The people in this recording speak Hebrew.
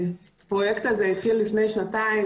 הפרויקט הזה התחיל לפני שנתיים,